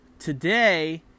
Today